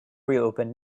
reopen